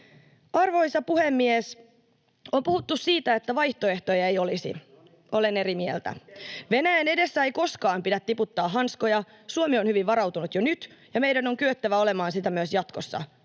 Arvoisa puhemies! On puhuttu siitä, että vaihtoehtoja ei olisi. Olen eri mieltä. [Ben Zyskowicz: No niin, kertokaa!] Venäjän edessä ei koskaan pidä tiputtaa hanskoja. Suomi on hyvin varautunut jo nyt, ja meidän on kyettävä olemaan sitä myös jatkossa.